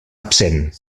absent